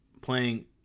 playing